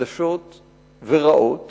חדשות ורעות